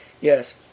Yes